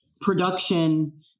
production